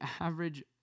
average